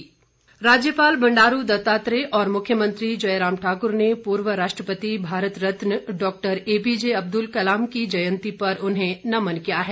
जयंती राज्यपाल बंडारू दत्तात्रेय और मुख्यमंत्री जयराम ठाकुर ने पूर्व राष्ट्रपति भारत रतन डॉक्टर एपीजे अब्दुल कलाम की जयंती पर उन्हें नमन किया है